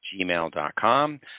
gmail.com